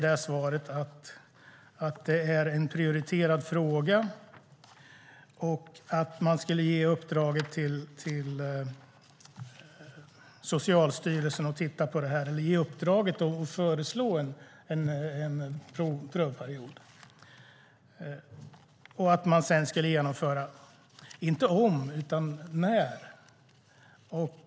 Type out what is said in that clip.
Då svarade hon att det är en prioriterad fråga och att man skulle ge i uppdrag till Socialstyrelsen att föreslå en prövoperiod. Frågan var inte om man skulle genomföra det, utan när.